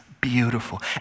beautiful